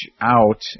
out